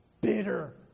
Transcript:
Bitter